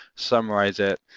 summarise it,